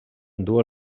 duu